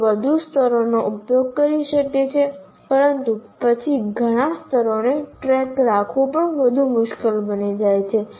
કોઈ વધુ સ્તરોનો ઉપયોગ કરી શકે છે પરંતુ પછી ઘણા સ્તરોનો ટ્રેક રાખવો વધુ મુશ્કેલ બની જાય છે